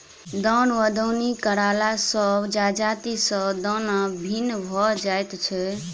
दौन वा दौनी करला सॅ जजाति सॅ दाना भिन्न भ जाइत छै